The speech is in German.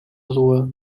ruhe